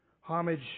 Homage